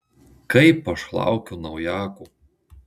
kaip aš laukiu naujako